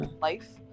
life